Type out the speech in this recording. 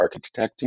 architecting